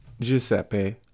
Giuseppe